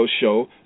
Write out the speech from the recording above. show